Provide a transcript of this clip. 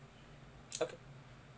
okay